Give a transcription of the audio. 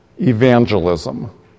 Evangelism